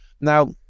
Now